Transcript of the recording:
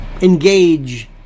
engage